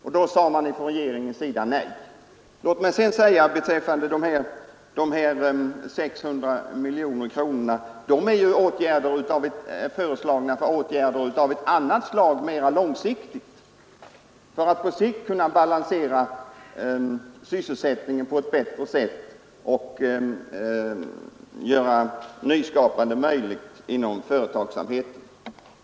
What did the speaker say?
Men då sade regeringen nej. Låt mig beträffande de 600 miljonerna säga att de föreslagits för åtgärder av ett annat slag, nämligen för att på sikt kunna skapa ökad sysselsättning och på ett bättre sätt göra nyskapande inom företagsamheten möjligt.